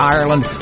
Ireland